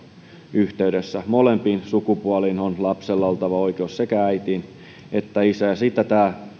yhteydessä molempiin sukupuoliin on lapsella oltava oikeus sekä äitiin että isään sitä tämä